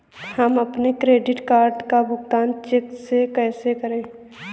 हम अपने credit card का भुगतान चेक से कैसे करें?